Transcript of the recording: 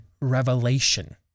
Revelation